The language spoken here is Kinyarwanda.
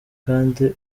kandi